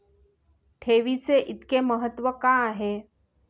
ठेवीचे इतके महत्व का आहे?